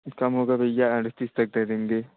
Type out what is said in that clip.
कम होगा भैया अड़तिस तक दे देंगे